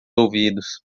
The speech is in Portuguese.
ouvidos